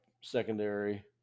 secondary